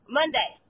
Monday